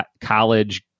college